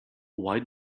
why